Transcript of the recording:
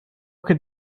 could